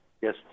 Yes